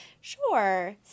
sure